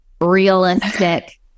realistic